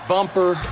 Bumper